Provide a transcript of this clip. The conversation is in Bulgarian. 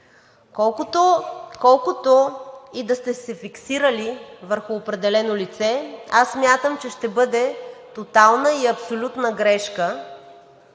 Колкото и да сте се фиксирали върху определено лице, смятам, че ще бъде тотална и абсолютна грешка